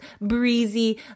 breezy